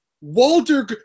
Walter